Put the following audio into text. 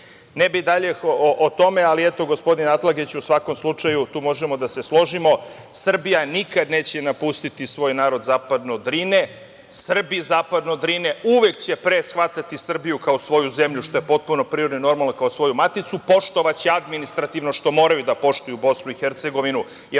bih dalje o tome, ali eto gospodine Atlagiću, u svakom slučaju tu možemo da se složimo, Srbija nikada neće napustiti svoj narod zapadno od Drine. Srbi zapadno od Drine uvek će pre shvatati Srbiju kao svoju zemlju, što je potpuno prirodno, kao svoju maticu, poštovaće administrativno što moraju da poštuju, BiH, jer